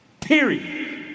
Period